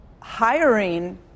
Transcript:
hiring